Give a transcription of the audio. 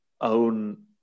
own